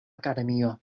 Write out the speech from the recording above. akademio